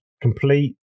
complete